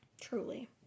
Truly